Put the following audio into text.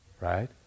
right